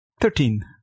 Thirteen